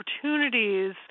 opportunities